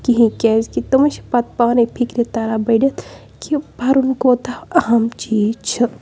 کِہیٖنۍ کیٛازِکہِ تِم چھِ پَتہٕ پانٕے فِکرِ تَرا بٔڑِتھ کہِ پَرُن کوتاہ اَہَم چیٖز چھِ